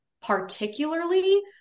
particularly